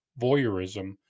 voyeurism